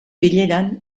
bileran